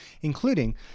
including